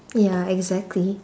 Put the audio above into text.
ya exactly